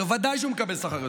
ודאי שהוא מקבל יותר שכר.